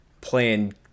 Playing